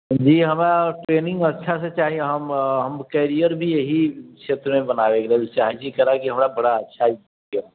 जी हमरा ट्रेनिंग अच्छा से चाही हम हम कैरियर भी यही क्षेत्र मे बनाबे के लेल चाहै छी कैलाकि हमरा बड़ा अच्छा